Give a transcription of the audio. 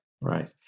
right